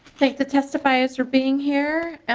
like the testifiers for being here.